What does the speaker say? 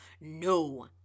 no